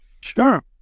Sure